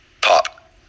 Pop